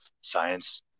science